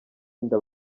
inda